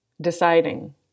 deciding